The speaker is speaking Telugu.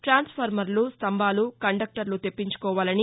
టాన్స్ఫార్మర్లు స్తంభాలు కండక్టర్లు తెప్పించుకోవాలని